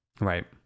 Right